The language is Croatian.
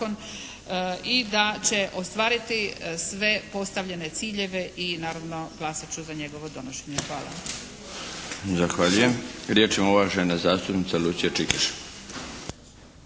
i da će ostvariti sve postavljene ciljeve i naravno glasat ću za njegovo donošenje. Hvala.